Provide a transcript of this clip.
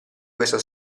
questa